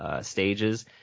Stages